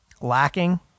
lacking